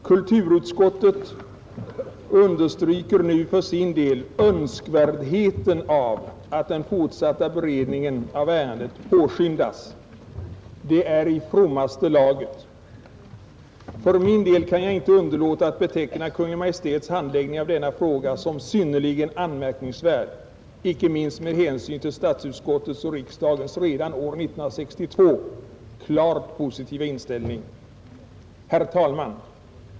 Kulturutskottet understryker nu för sin del önskvärdheten av att den fortsatta beredningen av ärendet påskyndas. Det är i frommaste laget. För min del kan jag inte underlåta att beteckna Kungl. Maj:ts handläggning av denna fråga som synnerligen anmärkningsvärd, icke minst med hänsyn till statsutskottets och riksdagens redan år 1962 klart positiva inställning. Herr talman!